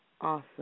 awesome